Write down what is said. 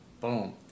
Boom